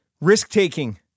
Risk-taking